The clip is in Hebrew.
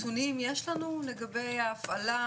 נתונים יש לנו לגבי ההפעלה?